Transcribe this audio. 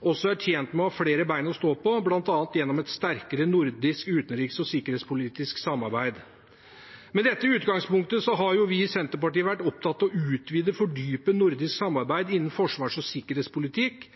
også er tjent med å ha flere ben å stå på, bl.a. gjennom et sterkere nordisk utenriks- og sikkerhetspolitisk samarbeid. Med dette utgangspunktet har vi i Senterpartiet vært opptatt av å utvide og fordype nordisk samarbeid innen forsvars- og sikkerhetspolitikk,